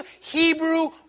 Hebrew